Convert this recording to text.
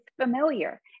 familiar